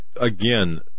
again